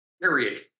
Period